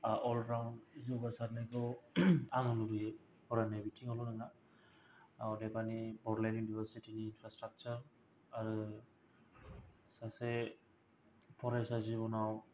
अरायबो जौगासारनायखौ आं लुबैयो फरायनाय बिथिङावल' नङा अदेबानि बड'लेण्ड इउनिभारसिटीनि इनफ्रास्ट्राकसार आरो सासे फरायसा जिब'नाव